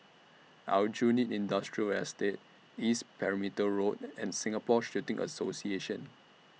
Aljunied Industrial Estate East Perimeter Road and Singapore Shooting Association